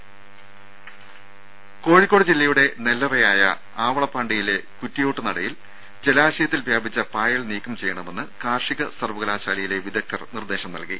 രും കോഴിക്കോട് ജില്ലയുടെ നെല്ലറയായ ആവളപ്പാണ്ടിയിലെ കുറ്റിയോട്ട് നടയിൽ ജലാശയത്തിൽ വ്യാപിച്ച പായൽ നീക്കം ചെയ്യണമെന്ന് കാർഷിക സർവകലാശാലയിലെ വിദഗ്ധർ നിർദേശം നൽകി